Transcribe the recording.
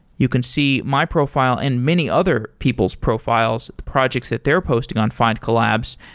you can see my profile and many other people's profiles, projects that they're posting on findcollabs,